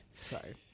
Sorry